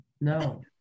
No